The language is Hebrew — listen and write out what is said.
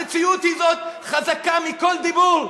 המציאות הזאת חזקה מכל דיבור.